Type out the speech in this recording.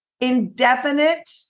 indefinite